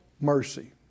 mercy